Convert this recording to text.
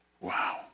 Wow